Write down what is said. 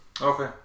Okay